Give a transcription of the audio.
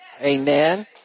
Amen